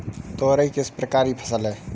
तोरई किस प्रकार की फसल है?